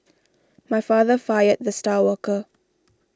my father fired the star worker